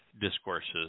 discourses